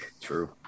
True